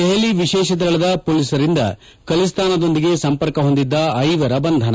ದೆಹಲಿ ವಿಶೇಷ ದಳದ ಪೊಲೀಸರಿಂದ ಖಲಿಸ್ತಾನ್ದೊಂದಿಗೆ ಸಂಪರ್ಕ ಹೊಂದಿದ ಐವರ ಬಂಧನ